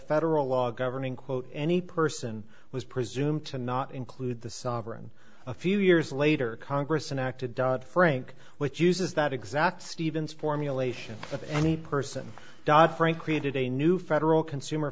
federal law governing quote any person was presume to not include the sovereign a few years later congress enacted dodd frank which uses that exact stevens formulation of any person dodd frank created a new federal consumer